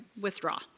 withdraw